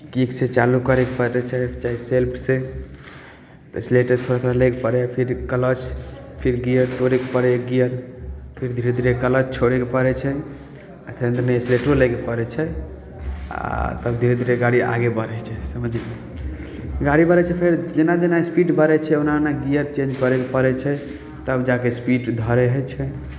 किकसँ चालू करयके पड़ै छै चाहे सेल्फसँ एक्सिलेटर थोड़ा थोड़ा लयके पड़ै हइ फेर क्लच फिर गियर तोड़यके पड़ै हइ गियर फेर धीरे धीरे क्लच छोड़यके पड़ै छै आ तखन कनि एक्सिलेटरो लयके पड़ै छै आ तब धीरे धीरे गाड़ी आगे बढ़ै छै समझली गाड़ी बढ़ै छै फेर जेना जेना स्पीड बढ़ै छै ओना ओना गियर चेंज करयके पड़ै छै तब जा कऽ स्पीड धरै हइ छै